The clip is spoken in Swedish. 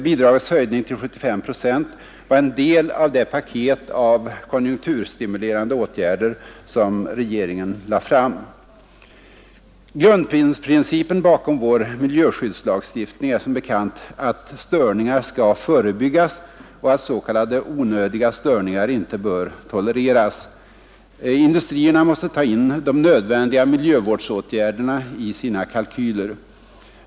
Bidragets höjning till 75 procent var en del av det paket av konjunkturstimulerande åtgärder som regeringen lade fram. Grundprincipen bakom vår miljöskyddslagstiftning är som bekant att störningar skall förebyggas och att s.k. onödiga störningar inte bör tolereras. Industrierna måste ta in de nödvändiga miljövårdsåtgärderna i sina kalkyler.